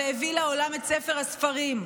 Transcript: והביא לעולם את ספר הספרים,